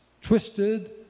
twisted